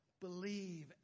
Believe